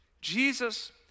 Jesus